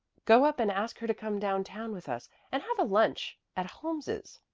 go up and ask her to come down-town with us and have a lunch at holmes's,